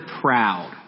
proud